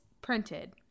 printed